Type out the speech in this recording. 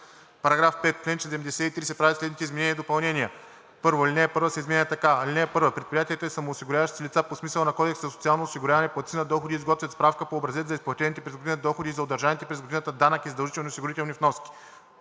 § 5: „§ 5. В чл. 73 се правят следните изменения и допълнения: 1. Алинея 1 се изменя така: „(1) Предприятията и самоосигуряващите се лица по смисъла на Кодекса за социално осигуряване – платци на доходи, изготвят справка по образец за изплатените през годината доходи и за удържаните през годината данък и задължителни осигурителни вноски: